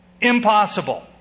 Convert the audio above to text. impossible